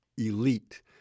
elite